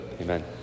Amen